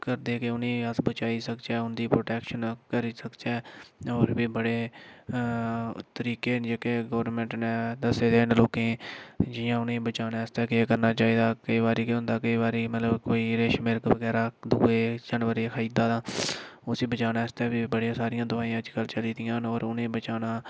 करदे कि उ'नेंगी अस बचाई सकचै उं'दी प्रोटैक्शन करी सकचै होर बी बड़े तरीकें न जेह्के गोरमेंट न दस्से दे न लोकें गी जियां उ'नेंगी बचाने आस्तै केह् करना चाहिदा केईं बारी केह् होंदा कोईं बारी मतलब कोई रेश्श मिक बगैरा दुऐ जानबरै गी खाई जंदा तां उसी बचाने आस्तै बी फिर बड़े सारियां दवाईयां अज्जकल चली दियां न होर उ'नेंगी बचाना